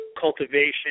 cultivation